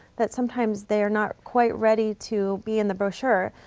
that sometimes they are not quite ready to be in the brochure.